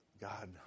God